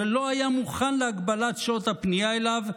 שלא היה מוכן להגבלת שעות הפנייה אליו,